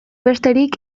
besterik